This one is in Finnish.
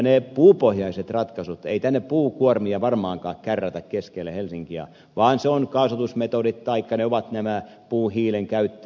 ne puupohjaiset ratkaisut ei tänne puukuormia varmaankaan kärrätä keskelle helsinkiä vaan se on kaasutusmetodit taikka puuhiilen käyttö